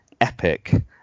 epic